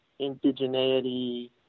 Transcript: indigeneity